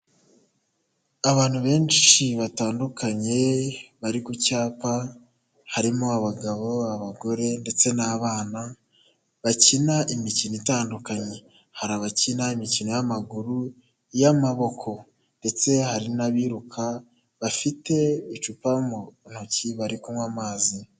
Abantu benshi batandukanye bari ku cyapa harimo abagabo, abagore ndetse n'abana bakina imikino itandukanye, hari abakina imikino y'amaguru y'amaboko, ndetse hari n'abiruka bafite icupa mu ntoki bari kunywa amazi.